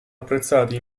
apprezzati